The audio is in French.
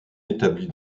établie